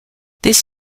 this